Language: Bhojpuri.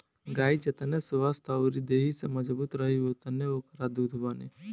गाई जेतना स्वस्थ्य अउरी देहि से मजबूत रही ओतने ओकरा दूध बनी